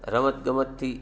રમતગમતથી